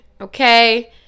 okay